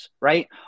right